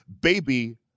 baby